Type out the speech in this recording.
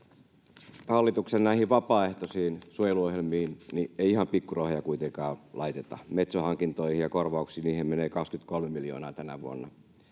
Hallituksen näihin vapaaehtoisiin suojeluohjelmiin ei ihan pikkurahoja kuitenkaan laiteta. Metso-hankintoihin ja -korvauksiin menee 23 miljoonaa tänä vuonna